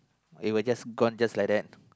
it will just gone just like that